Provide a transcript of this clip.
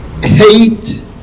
hate